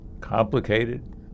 Complicated